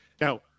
Now